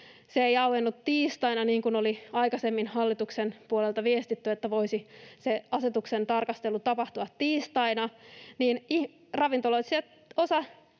se ei auennut tiistaina, niin kuin oli aikaisemmin hallituksen puolelta viestitty, että voisi se asetuksen tarkastelu tapahtua tiistaina